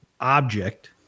object